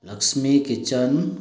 Lakshmi kitchen